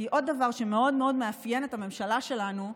כי עוד דבר שמאוד מאוד מאפיין את הממשלה שלנו,